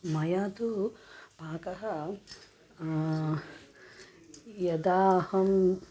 मया तु पाकः यदाहं